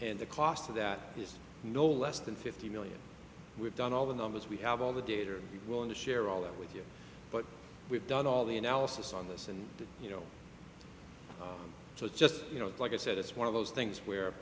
and the cost of that is no less than fifty million we've done all the numbers we have all the data are willing to share all that with you but we've done all the analysis on this and you know so it's just you know like i said it's one of those things where